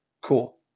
Cool